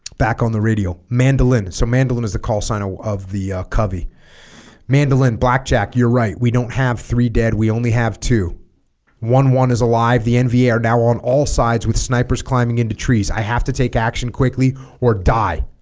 back on the radio mandolin so mandolin is the call sign of of the ah covey mandolin blackjack you're right we don't have three dead we only have two one one is alive the nva are now on all sides with snipers climbing into trees i have to take action quickly or die